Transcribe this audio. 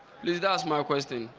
please? ask my question?